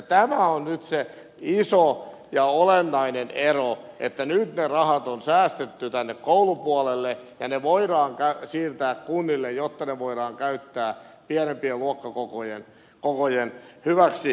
tässä on nyt se iso ja olennainen ero että nyt ne rahat on säästetty tänne koulupuolelle ja ne voidaan siirtää kunnille jotta ne voidaan käyttää pienempien luokkakokojen hyväksi